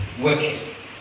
workers